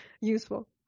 useful